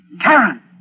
Karen